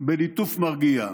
בליטוף מרגיע.